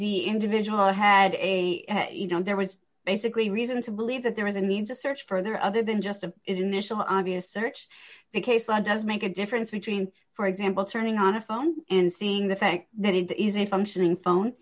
the individual had a you know there was basically reason to believe that there was a need to search for there other than just an initial obvious search the case law does make a difference between for example turning on a phone and seeing the fact that it is a functioning